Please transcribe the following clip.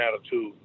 attitude